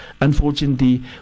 unfortunately